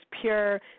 pure